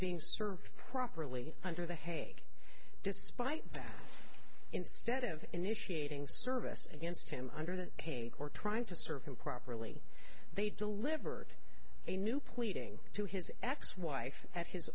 being served properly under the hague despite that instead of initiating service against him under the pain or trying to serve him properly they delivered a new pleading to his ex wife at his